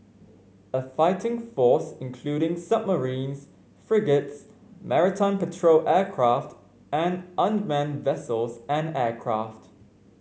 a fighting force including submarines frigates maritime patrol aircraft and unmanned vessels and aircraft